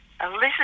Elizabeth